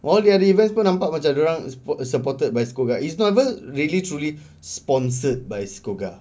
while the other events pun nampak macam dia orang is put err supported by SCOGA it's not even really truly sponsored by SCOGA